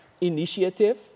Initiative